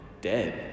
dead